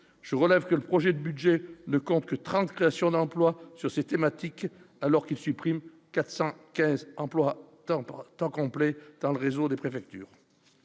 je relève que le projet de budget ne compte que 30 créations d'emplois sur c'était Matic, alors qu'il supprime 415 emplois temporaires temps complet dans le réseau des préfectures.